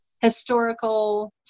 historical